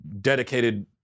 dedicated